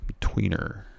Tweener